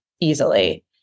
easily